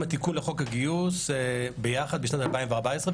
עם התיקון לחוק הגיוס בשנת 2014,